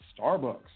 Starbucks